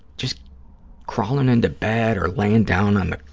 just crawling into bed or laying down on the